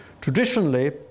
Traditionally